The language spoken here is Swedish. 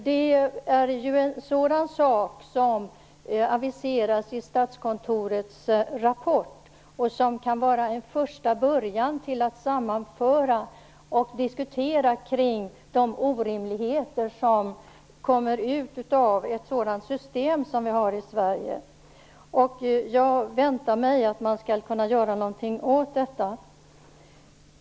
Det är ju en sådan sak som aviseras i Statskontorets rapport och som kan vara en första början till att sammanföra och diskutera kring de orimligheter som kommer ut av ett sådant system som vi har i Sverige. Jag väntar mig att man skall kunna göra något åt detta.